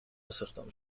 استخدام